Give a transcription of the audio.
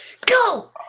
Go